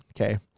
okay